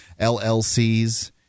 LLCs